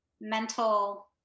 mental